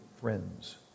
friends